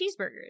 cheeseburgers